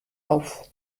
auf